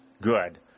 Good